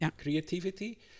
Creativity